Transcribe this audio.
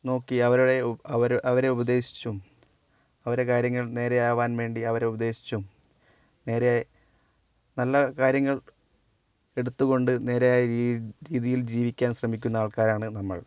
നോക്കി അവരുടെയും അവരെ ഉപദേശിച്ചും അവരെ കാര്യങ്ങൾ നേരെ ആവാൻ വേണ്ടി അവരെ ഉപദേശിച്ചും നേരെ നല്ല കാര്യങ്ങൾ എടുത്തുകൊണ്ട് നേരായ രീതിയിൽ ജീവിക്കാൻ ശ്രമിക്കുന്ന ആൾക്കാരാണ് നമ്മൾ